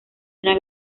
una